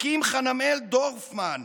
הקים חנמאל דורפמן,